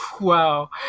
wow